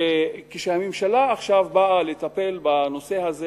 שכשהממשלה עכשיו באה לטפל בנושא הזה,